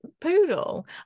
poodle